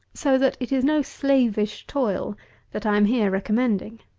so that it is no slavish toil that i am here recommending.